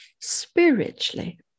spiritually